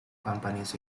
companies